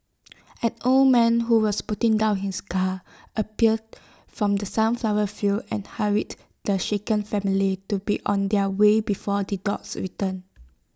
an old man who was putting down his gun appeared from the sunflower fields and hurried the shaken family to be on their way before the dogs return